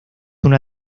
una